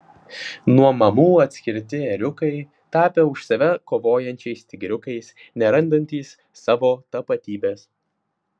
nuo mamų atskirti ėriukai tapę už save kovojančiais tigriukais nerandantys savo tapatybės